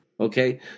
Okay